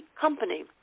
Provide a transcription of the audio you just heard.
company